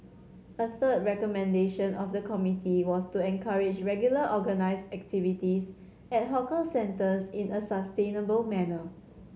a third recommendation of the committee was to encourage regular organised activities at hawker centres in a sustainable manner